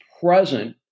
present